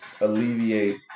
alleviate